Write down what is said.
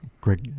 great